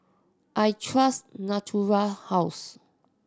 I trust Natura House